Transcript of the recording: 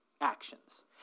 actions